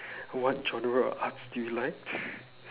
what genre of arts do you like